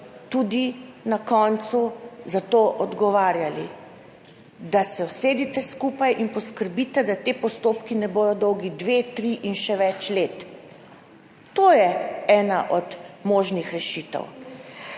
tudi na koncu za to odgovarjali. Usedite se skupaj in poskrbite, da ti postopki ne bodo dolgi dve, tri in še več let. To je ena od možnih rešitev.